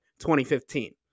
2015